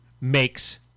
makes